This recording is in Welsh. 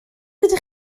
ydych